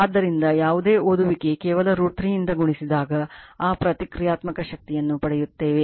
ಆದ್ದರಿಂದ ಯಾವುದೇ ಓದುವಿಕೆ ಕೇವಲ √ 3 ಇಂದ ಗುಣಿಸಿದಾಗ ಆ ಪ್ರತಿಕ್ರಿಯಾತ್ಮಕ ಶಕ್ತಿಯನ್ನು ಪಡೆಯುತ್ತೇವೆ